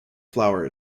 flower